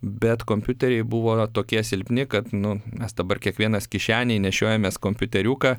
bet kompiuteriai buvo tokie silpni kad nu mes dabar kiekvienas kišenėj nešiojamės kompiuteriuką